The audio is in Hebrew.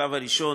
בשלב הראשון,